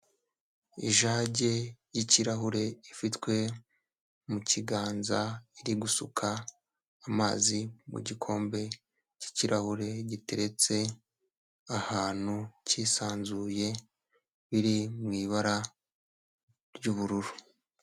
Ijagi y'ikirahure ifitwe mu kiganza, iri gusuka amazi mu gikombe cy'ikirahure giteretse ahantu cyisanzuye, iri mu ibara ry'ubururu.